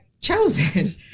chosen